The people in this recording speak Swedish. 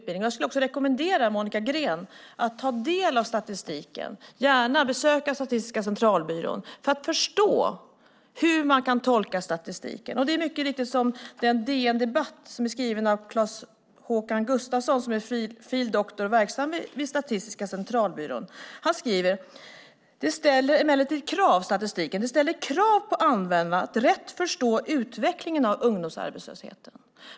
Jag rekommenderar Monica Green att ta del av statistiken och gärna besöka Statistiska centralbyrån för att förstå hur man kan tolka statistik. Fil. dr Claes-Håkan Gustafson som är verksam vid Statistiska centralbyrån skriver så här i en artikel i DN: Statistiken ställer krav på användaren att rätt förstå utvecklingen av ungdomsarbetslösheten.